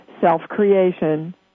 self-creation